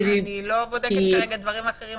אני לא בודקת כרגע דברים אחרים,